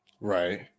Right